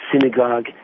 synagogue